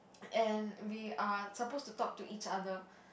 and we are suppose to talk to each other